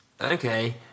Okay